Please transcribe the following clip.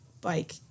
bike